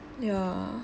yeah